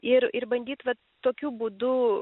ir ir bandyt va tokiu būdu